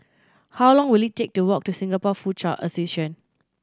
how long will it take to walk to Singapore Foochow Association